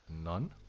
None